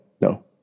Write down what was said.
no